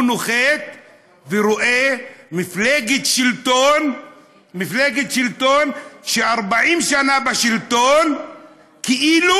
הוא נוחת ורואה מפלגת שלטון ש-40 שנה בשלטון כאילו